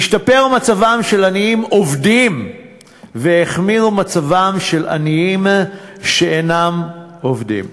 השתפר מצבם של עניים עובדים והחמיר מצבם של עניים שאינם עובדים.